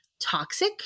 toxic